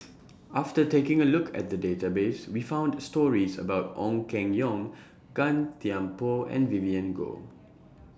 after taking A Look At The Database We found stories about Ong Keng Yong Gan Thiam Poh and Vivien Goh